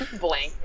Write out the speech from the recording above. Blank